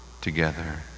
together